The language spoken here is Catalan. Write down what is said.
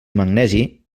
magnesi